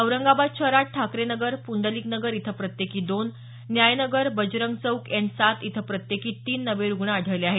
औरंगाबाद शहरात ठाकरे नगर पुंडलिक नगर इथं प्रत्येकी दोन न्याय नगर बजरंग चौक एन सात इथं प्रत्येकी तीन नवे रुग्ण आढळले आहेत